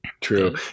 true